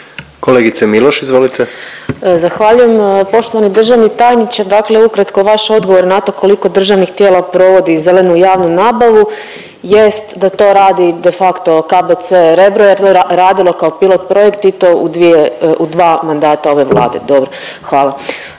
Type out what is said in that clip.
Jelena (Možemo!)** Zahvaljujem. Poštovani državni tajniče, dakle ukratko, vaš odgovor na to koliko državnih tijela provodi zelenu javnu nabavu jest da to radi de facto KBC Rebro jer je to radilo kao pilot projekt i to u dvije, u dva mandata ove Vlade, dobro, hvala.